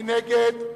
מי נגד?